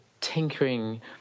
tinkering